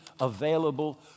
available